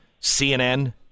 CNN